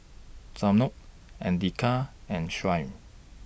Zamrud Andika and Shuib